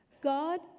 God